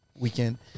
Weekend